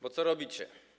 Bo co robicie?